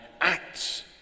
acts